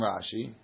Rashi